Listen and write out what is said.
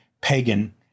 pagan